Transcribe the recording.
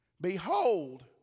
Behold